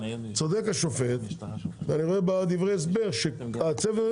צודק השופט ואני רואה בדברי ההסבר שהצוות הוקם